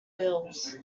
bills